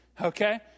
okay